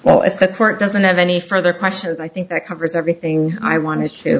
well if the court doesn't have any further questions i think that covers everything i want to